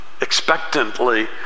expectantly